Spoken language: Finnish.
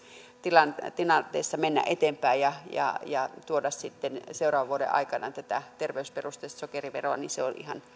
tässä tilanteessa mennä eteenpäin ja ja tuoda sitten seuraavan vuoden aikana tätä terveysperusteista sokeriveroa on